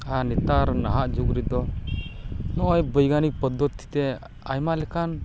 ᱟᱨ ᱱᱮᱛᱟᱨ ᱱᱟᱦᱟᱜ ᱡᱩᱜ ᱨᱮ ᱫᱚ ᱱᱚᱜ ᱚᱭ ᱵᱳᱭᱜᱟᱱᱤᱠ ᱯᱚᱫᱫᱤᱛᱤ ᱛᱮ ᱟᱭᱢᱟ ᱞᱮᱠᱟᱱ